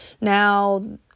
Now